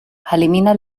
elimina